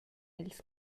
ils